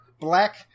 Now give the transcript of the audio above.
black